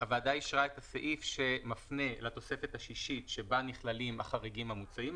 הוועדה אישרה את הסעיף שמפנה לתוספת השישית שבה נכללים החריגים המוצעים.